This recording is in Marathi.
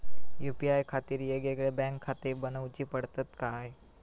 यू.पी.आय खातीर येगयेगळे बँकखाते बनऊची पडतात काय?